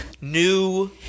new